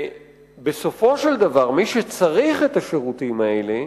בסופו של דבר, מי שצריך את השירותים האלה,